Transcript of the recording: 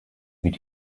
wird